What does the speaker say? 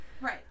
Right